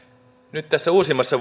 nyt tässä uusimmassa